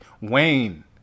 Wayne